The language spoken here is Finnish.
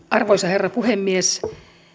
arvoisa herra puhemies